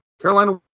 Carolina